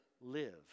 live